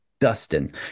Dustin